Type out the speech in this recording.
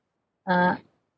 uh